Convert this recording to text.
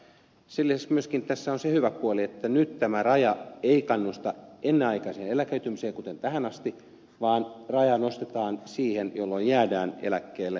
sen lisäksi myöskin tässä on se hyvä puoli että nyt tämä raja ei kannusta ennenaikaiseen eläköitymiseen kuten tähän asti vaan raja nostetaan siihen jolloin jäädään eläkkeelle